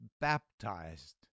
baptized